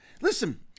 Listen